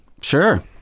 Sure